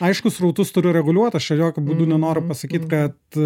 aišku srautus turi reguliuot aš čia jokiu būdū nenoriu pasakyt kad